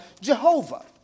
Jehovah